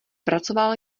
pracoval